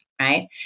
right